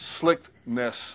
slickness